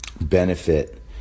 benefit